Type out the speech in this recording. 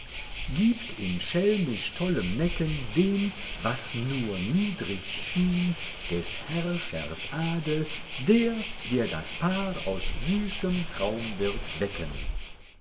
gibt in schelmisch tollem necken dem was nur niedrig schien des herrschers adel der der das paar aus süßem traum wird wecken